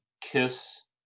Kiss